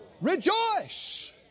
Rejoice